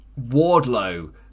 Wardlow